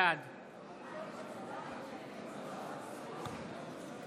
בעד